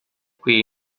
qui